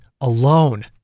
alone